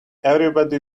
everybody